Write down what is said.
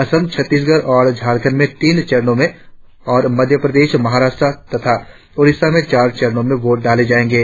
असम छत्तीसगढ़ और झारखंड में तीन चरणों में और मध्य प्रदेश महाराष्ट्र तथा ओड़िसा में चार चरणों में वोट डाले जाएंगे